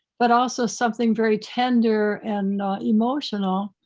but also something very tender and not emotional.